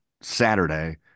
Saturday